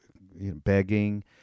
begging